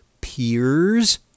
peers